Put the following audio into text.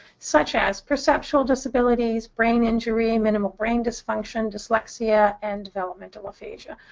such as perceptual disabilities, brain injury, minimal brain dysfunction, dyslexia, and developmental aphasia.